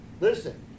Listen